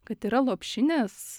kad yra lopšinės